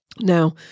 Now